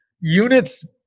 units